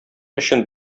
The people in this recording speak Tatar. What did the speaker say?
өчен